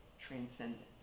Transcendent